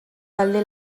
talde